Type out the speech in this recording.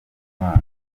imana